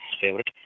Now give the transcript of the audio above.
favorite